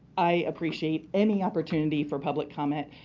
i appreciate any opportunity for public comment.